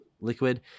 liquid